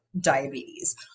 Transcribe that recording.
diabetes